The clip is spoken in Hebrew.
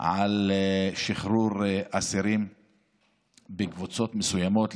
בשחרור אסירים בקבוצות מסוימות,